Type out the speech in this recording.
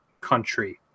country